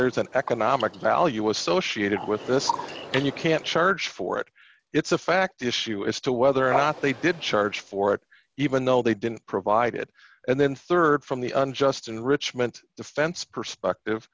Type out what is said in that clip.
there's an economic value associated with this and you can't charge for it it's a fact issue as to whether or not they did charge for it even though they didn't provide it and then rd from the unjust enrichment defense perspective